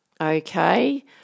Okay